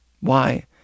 Why